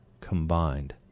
combined